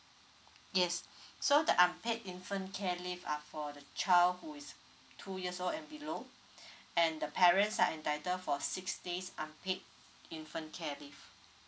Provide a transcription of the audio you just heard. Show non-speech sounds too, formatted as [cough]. yes [breath] so the unpaid infant care leave are for the child who is two years old and below [breath] and the parents are entitled for six days unpaid infant care leave